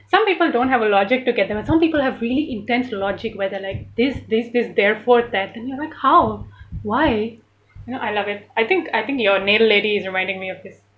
some people don't have a logic to get them and some people have really intense to logic where they're like this this this therefore that than than even how why know I love it I think I think your is reminding me of this